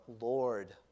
Lord